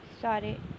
Sorry